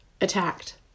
attacked